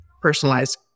personalized